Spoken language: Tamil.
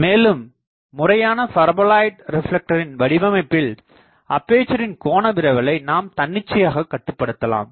மேலும் முறையான பரபோலாய்ட் ரிப்லெக்டரின் வடிவமைப்பில் அப்பேசரின் கோண விரவலை நாம் தன்னிச்சையாக கட்டுபடுத்தலாம்